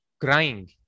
crying